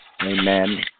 Amen